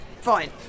fine